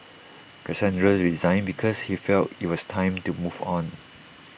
Cassandra resigned because she felt IT was time to move on